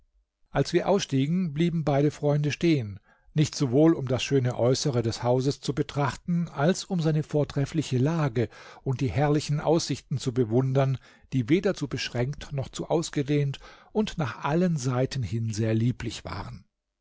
als wir ausstiegen blieben beide freunde stehen nicht sowohl um das schöne äußere des hauses zu betrachten als um seine vortreffliche lage und die herrlichen aussichten zu bewundern die weder zu beschränkt noch zu ausgedehnt und nach allen seiten hin sehr lieblich waren